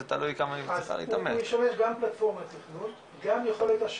גם זה תלוי כמה היא מצליחה להתאמץ אז זה ישמש גם כפלטפורמת תכנון,